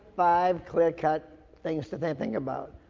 five clear cut things to then think about.